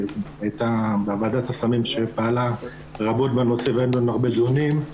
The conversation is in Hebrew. שהייתה בוועדת הסמים שפעלה רבות בנושא והתקיימו הרבה דיונים,